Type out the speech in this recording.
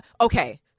Okay